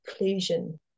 inclusion